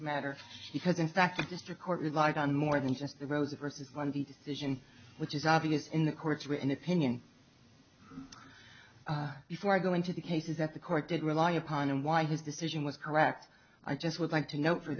matter because in fact a district court relied on more than just those verses on the decision which is obvious in the court's written opinion before going to the cases that the court did rely upon and why his decision was correct i just would like to note for